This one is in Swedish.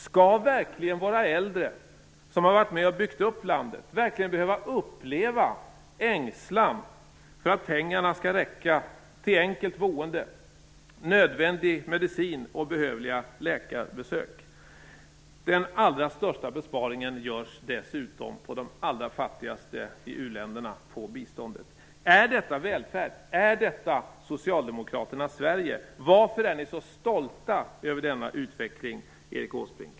Skall verkligen våra äldre som har varit med och byggt upp landet behöva uppleva ängslan för att pengarna skall räcka till enkelt boende, nödvändig medicin och behövliga läkarbesök? Den allra största besparingen görs dessutom på de allra fattigaste i u-länderna och biståndet. Är detta välfärd? Är detta Socialdemokraternas Sverige? Varför är ni så stolta över denna utveckling, Erik Åsbrink?